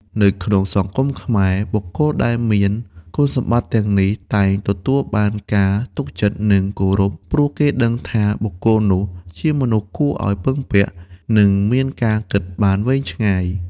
នៅក្នុងសង្គមខ្មែរ បុគ្គលដែលមានគុណសម្បត្តិទាំងនេះ តែងទទួលបានការ ទុកចិត្ត និង គោរព ព្រោះគេដឹងថាបុគ្គលនោះជាមនុស្សគួរឱ្យពឹងពាក់ និងមានការគិតបានវែងឆ្ងាយ។